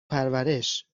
پرورش